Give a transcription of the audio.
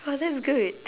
oh that's good